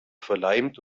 verleimt